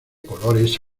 colores